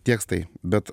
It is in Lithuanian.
tekstai bet